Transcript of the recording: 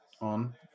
on